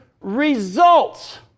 results